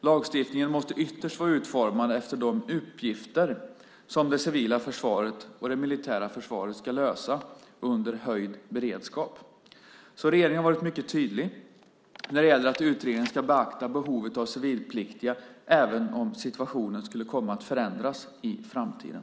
Lagstiftningen måste ytterst vara utformad efter de uppgifter som det civila försvaret och det militära försvaret ska lösa under höjd beredskap. Regeringen har alltså varit mycket tydlig när det gäller att utredningen ska beakta behovet av civilpliktiga även om situationen skulle komma att förändras i framtiden.